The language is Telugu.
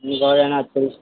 మీకు ఎవరన్న తెలుసా